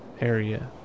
area